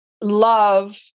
love